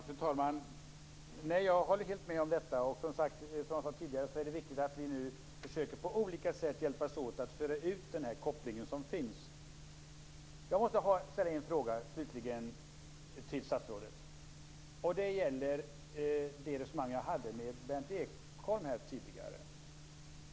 Fru talman! Jag håller helt med om det resonemanget. Som jag tidigare sade är det viktigt att vi nu försöker att på olika sätt hjälpas åt att föra ut den koppling som finns. Jag vill slutligen ställa en fråga till statsrådet. Det gäller det resonemang jag hade med Berndt Ekholm här tidigare.